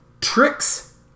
Tricks